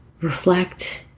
reflect